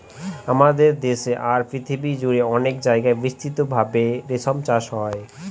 আমাদের দেশে আর পৃথিবী জুড়ে অনেক জায়গায় বিস্তৃত ভাবে রেশম চাষ হয়